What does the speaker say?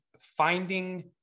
finding